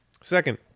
Second